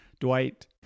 Dwight